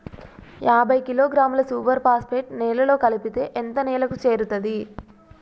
యాభై కిలోగ్రాముల super phosphate నేలలో కలిపితే ఎంత నేలకు చేరుతది?